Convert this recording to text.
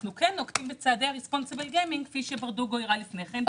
אנחנו כן נוקטים בצעדי Responsible gaming כפי שברדוגו הראה לפני כן.